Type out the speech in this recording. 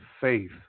faith